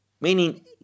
meaning